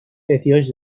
احتیاج